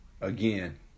again